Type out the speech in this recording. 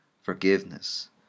forgiveness